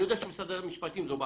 אני יודע שמשרד המשפטים זו בעיה.